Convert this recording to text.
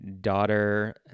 daughter